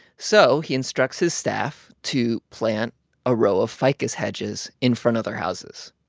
so he instructs his staff to plant a row of ficus hedges in front of their houses.